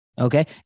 Okay